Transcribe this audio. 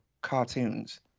cartoons